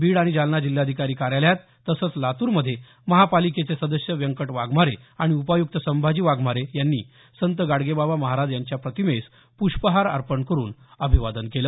बीड आणि जालना जिल्हाधिकारी कार्यालयात तसंच लातूरमध्ये महानगरपालिकेचे सदस्य व्यंकट वाघमारे आणि उपायुक्त संभाजी वाघमारे यांनी संत गाडगे बाबा महाराज यांच्या प्रतिमेस प्रष्पहार अर्पण करुन अभिवादन केलं